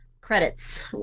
credits